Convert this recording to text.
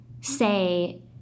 say